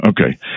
Okay